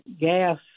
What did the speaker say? gas